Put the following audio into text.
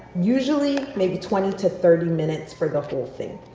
usually, maybe twenty to thirty minutes for the whole thing.